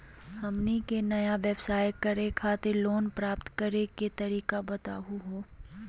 हमनी के नया व्यवसाय करै खातिर लोन प्राप्त करै के तरीका बताहु हो?